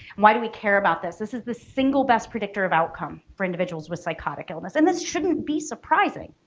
why do we care about this? this is the single best predictor of outcome for individuals with psychotic illness. and this shouldn't be surprising.